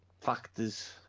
factors